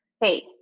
Hey